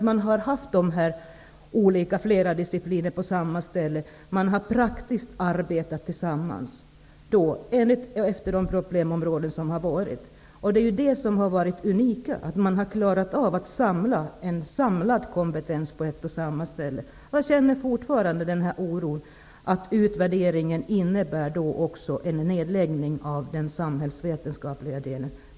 Man har haft flera discipliner på samma ställe. Man har arbetat praktiskt tillsammans efter de problemområden som har varit aktuella. Det är det som har varit det unika, att man har klarat av att ha en samlad kompetens på ett och samma ställe. Jag känner fortfarande oron för att utvärderingen också innebär en nedläggning av den samhällsvetenskapliga delen.